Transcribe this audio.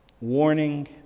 warning